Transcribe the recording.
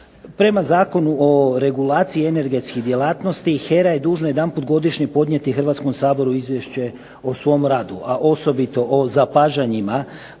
Prema Zakonu o regulaciji energetskih djelatnosti HERA je dužna jedanput godišnje podnijeti Hrvatskom saboru izvješće o svom radu, a osobito o zapažanjima